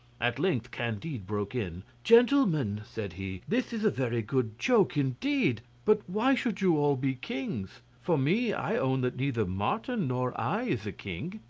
at length candide broke it. gentlemen, said he, this is a very good joke indeed, but why should you all be kings? for me i own that neither martin nor i is a king.